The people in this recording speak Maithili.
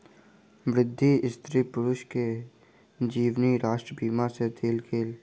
वृद्ध स्त्री पुरुष के जीवनी राष्ट्रीय बीमा सँ देल गेल